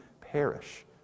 perish